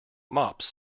mops